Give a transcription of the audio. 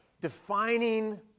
defining